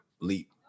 leap